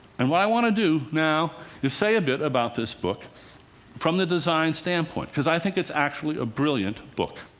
and what i want to do now is say a bit about this book from the design standpoint, because i think it's actually a brilliant book.